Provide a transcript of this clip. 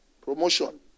promotion